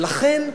ולכן,